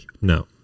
No